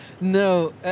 no